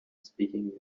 speaking